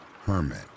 hermit